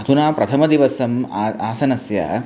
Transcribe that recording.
अधुना प्रथमदिवसम् आ आसनस्य